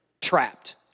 trapped